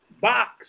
box